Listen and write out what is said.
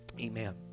Amen